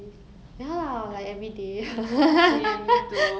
为什么 ah 我们的 self esteem 有一点不好 ah